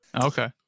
okay